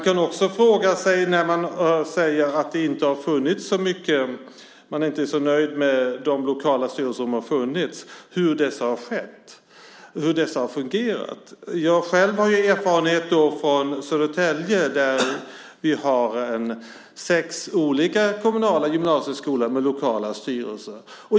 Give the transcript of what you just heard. Det sägs att man inte är så nöjd med de lokala styrelser som har funnits. Då kan man fråga sig hur dessa har fungerat. Jag har själv erfarenheter från Södertälje där vi har sex olika kommunala gymnasieskolor med lokala styrelser.